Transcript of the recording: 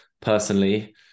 personally